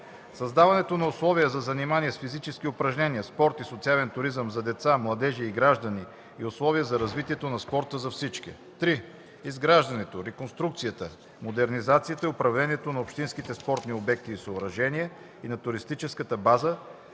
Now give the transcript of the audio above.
създаването на условия за занимания с физически упражнения, спорт и социален туризъм на деца, младежи и граждани и условия за развитието на спорта за всички; 3. изграждането, реконструкцията, модернизацията и управлението на общинските спортни обекти и съоръжения и на туристическата база,